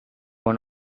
one